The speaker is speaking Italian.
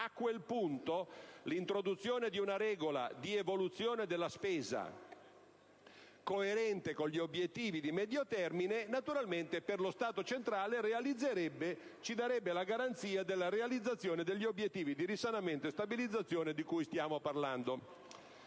a quel punto l'introduzione di una regola di evoluzione della spesa coerente con gli obiettivi di medio termine naturalmente per lo Stato centrale ci darebbe la garanzia della realizzazione degli obiettivi di risanamento e stabilizzazione di cui stiamo parlando.